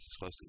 closely